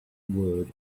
work